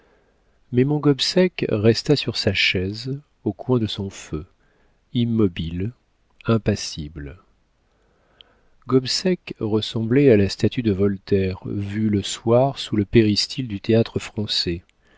mais mon gobseck resta sur sa chaise au coin de son feu immobile impassible gobseck ressemblait à la statue de voltaire vue le soir sous le péristyle du théâtre-français